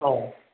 औ